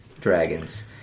dragons